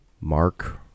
Mark